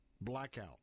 blackout